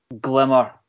glimmer